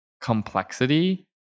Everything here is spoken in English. complexity